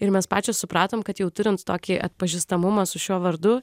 ir mes pačios supratom kad jau turint tokį atpažįstamumą su šiuo vardu